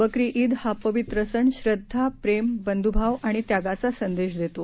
बकरी ईद हा पवित्र सण श्रद्धा प्रेम बंधुभाव आणि त्यागाचा संदेश देतो